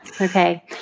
Okay